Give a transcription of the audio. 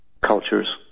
cultures